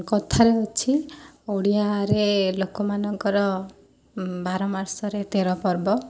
କଥାରେ ଅଛି ଓଡ଼ିଆରେ ଲୋକମାନଙ୍କର ବାର ମାସରେ ତେର ପର୍ବ